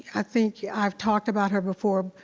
i think yeah i've talked about her before.